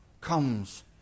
comes